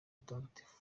mutagatifu